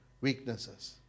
Weaknesses